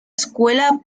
escuela